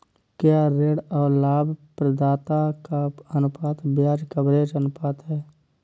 क्या ऋण और लाभप्रदाता का अनुपात ब्याज कवरेज अनुपात है?